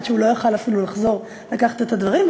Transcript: עד שהוא לא היה יכול אפילו לחזור לקחת את הדברים,